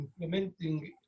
implementing